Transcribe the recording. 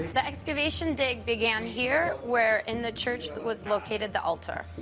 the excavation dig began here, where, in the church, was located the altar.